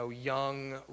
young